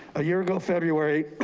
a year ago, february,